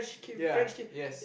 ya yes